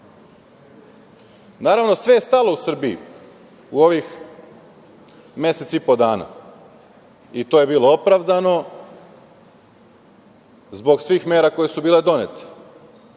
prosvete? Naravno, sve je stalo u Srbiji u ovih mesec i po dana. To je bilo opravdano, zbog svih mera koje su bile donete.